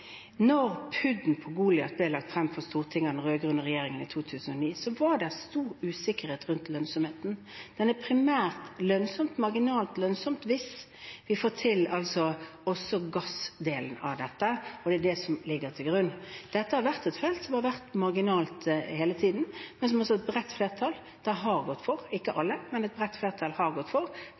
på Goliat ble lagt frem for Stortinget av den rød-grønne regjeringen i 2009, var det stor usikkerhet rundt lønnsomheten, men det er primært lønnsomt, marginalt lønnsomt, hvis vi også får til gassdelen av dette. Det er det som ligger til grunn. Dette har vært et felt som har vært marginalt hele tiden, men som altså et bredt flertall – ikke alle – har gått for,